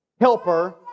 helper